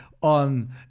on